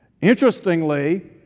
Interestingly